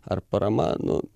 ar parama nu